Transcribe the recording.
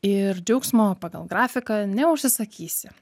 ir džiaugsmo pagal grafiką neužsisakysi